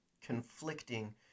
conflicting